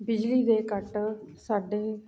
ਬਿਜਲੀ ਦੇ ਕੱਟ ਸਾਡੇ